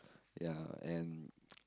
ya and